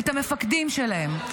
את המפקדים שלהם,